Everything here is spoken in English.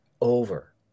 over